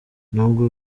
nubwo